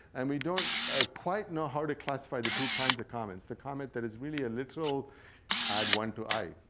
and we don't ah quite know how to classify the two kind of comments. the comment that is really a literal add one to i.